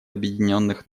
объединенных